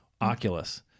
Oculus